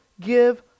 give